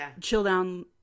chill-down